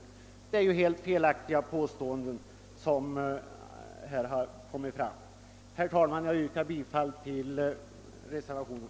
Dessa påståenden är ju helt felaktiga. Herr talman! Jag ber att få yrka bifall till reservationen.